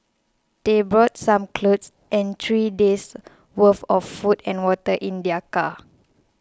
they brought some clothes and three days' worth of food and water in their car